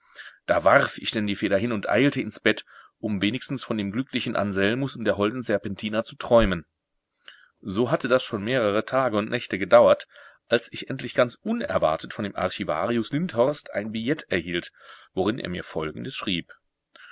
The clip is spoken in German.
da warf ich denn die feder hin und eilte ins bett um wenigstens von dem glücklichen anselmus und der holden serpentina zu träumen so hatte das schon mehrere tage und nächte gedauert als ich endlich ganz unerwartet von dem archivarius lindhorst ein billett erhielt worin er mir folgendes schrieb